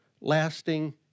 lasting